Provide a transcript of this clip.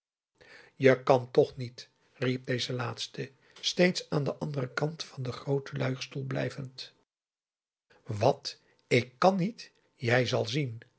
je kan toch niet riep deze laatste steeds aan den anderen kant van den grooten luierstoel blijvend wat ik kan niet jij zal zien